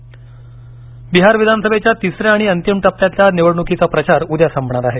बिहार निवडणक प्रचार बिहार विधानसभेच्या तिसऱ्या आणि अंतिम टप्प्यातल्या निवडणुकीचा प्रचार उद्या संपणार आहे